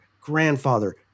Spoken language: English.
grandfather